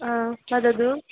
ह वदतु